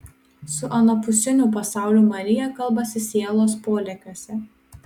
su anapusiniu pasauliu marija kalbasi sielos polėkiuose